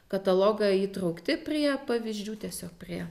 katalogą įtraukti prie pavyzdžių tiesiog prie